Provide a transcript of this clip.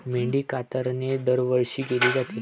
मेंढी कातरणे दरवर्षी केली जाते